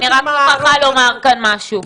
אני רק מוכרחה לומר כאן משהו.